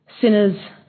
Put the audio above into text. Sinners